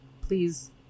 please